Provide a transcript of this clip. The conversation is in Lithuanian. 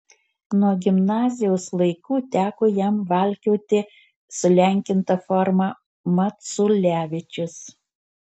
nuo gimnazijos laikų teko jam valkioti sulenkintą formą maculevičius